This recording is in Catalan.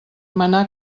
manà